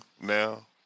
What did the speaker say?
now